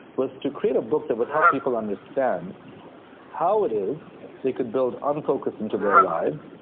was to create a book that would help people understand how it is they could build unfocus into their lives,